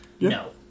No